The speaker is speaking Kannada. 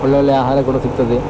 ಒಳ್ಳೊಳ್ಳೆಯ ಆಹಾರಗಳು ಸಿಗ್ತದೆ